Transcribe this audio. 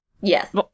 Yes